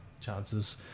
chances